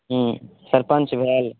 हूँ सरपञ्च भेल